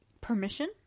permission